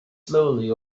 slowly